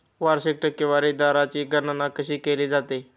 वार्षिक टक्केवारी दराची गणना कशी केली जाते?